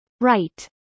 Right